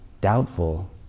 doubtful